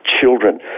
children